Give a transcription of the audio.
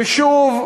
ושוב,